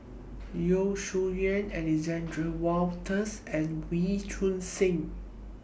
Yeo Shih Yun Alexander Wolters and Wee Choon Seng